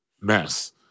mess